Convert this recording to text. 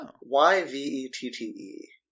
Y-V-E-T-T-E